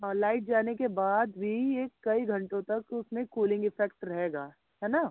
और लाइट जाने के बाद भी यह कई घंटों तक उसमें कूलिंग इफ़ेक्ट रहेगा है ना